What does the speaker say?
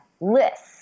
list